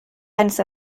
eines